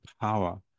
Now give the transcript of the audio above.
power